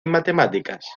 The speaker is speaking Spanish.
matemáticas